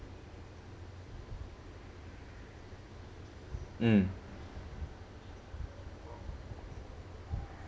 mm